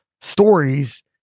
stories